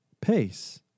pace